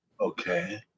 Okay